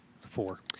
four